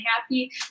happy